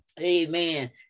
Amen